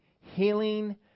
healing